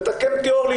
ותתקן אותי אורלי,